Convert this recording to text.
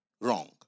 wrong